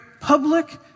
public